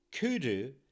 kudu